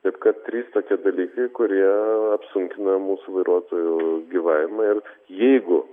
taip kad trys tokie dalykai kurie apsunkina mūsų vairuotojų gyvavimą ir jeigu